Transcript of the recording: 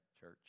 church